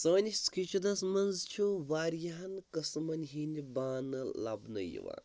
سٲنِس کِچنَس منٛز چھُ واریاہَن قٕسمَن ہِنٛدۍ بانہٕ لَبنہٕ یِوان